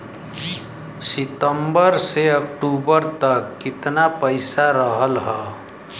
सितंबर से अक्टूबर तक कितना पैसा रहल ह?